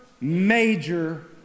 major